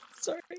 Sorry